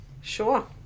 Sure